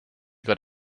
got